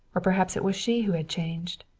or perhaps it was she who had changed.